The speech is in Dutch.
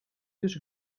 dus